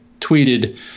tweeted